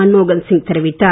மன்மோகன்சிங் தெரிவித்தார்